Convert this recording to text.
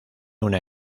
una